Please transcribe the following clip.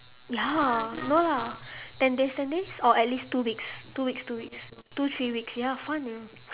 ya no lah ten days ten days or at least two weeks two weeks two weeks two three weeks ya fun you know